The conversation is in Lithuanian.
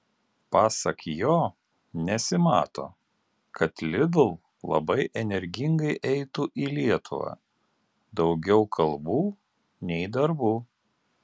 pasak jo nesimato kad lidl labai energingai eitų į lietuvą daugiau kalbų nei darbų